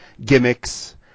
gimmicks